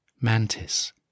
Mantis